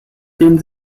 den